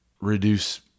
reduce